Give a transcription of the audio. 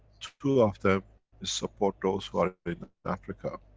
two of them support those who are in africa,